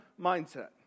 mindset